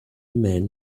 men